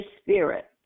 spirit